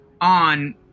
on